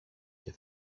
και